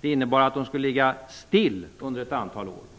Den innebar att de skulle ligga stilla under ett antal år.